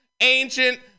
ancient